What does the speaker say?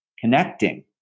connecting